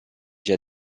già